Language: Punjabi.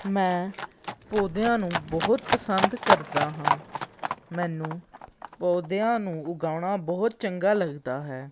ਮੈਂ ਪੌਦਿਆਂ ਨੂੰ ਬਹੁਤ ਪਸੰਦ ਕਰਦਾ ਹਾਂ ਮੈਨੂੰ ਪੌਦਿਆਂ ਨੂੰ ਉਗਾਉਣਾ ਬਹੁਤ ਚੰਗਾ ਲੱਗਦਾ ਹੈ